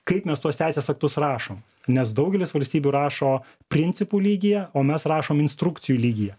kaip mes tuos teisės aktus rašom nes daugelis valstybių rašo principų lygyje o mes rašom instrukcijų lygyje